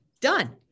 done